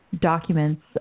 documents